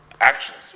actions